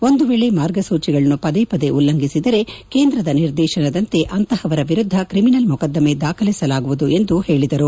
ಒಂದು ವೇಳೆ ಮಾರ್ಗಸೂಚಿಗಳನ್ನು ಪದೇ ಪದೇ ಉಲ್ಲಂಘಿಸಿದರೆ ಕೇಂದ್ರದ ನಿರ್ದೇಶನದಂತೆ ಅಂತಹವರ ವಿರುದ್ದ ಕ್ರಿಮಿನಲ್ ಮೊಕದ್ದಮ ದಾಖಲಿಸಲಾಗುವುದು ಹೇಳಿದರು